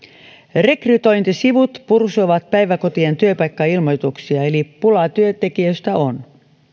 rekrytointisivut pursuavat päiväkotien työpaikkailmoituksia eli pulaa työntekijöistä on